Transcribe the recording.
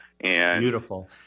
Beautiful